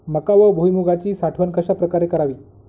मका व भुईमूगाची साठवण कशाप्रकारे करावी?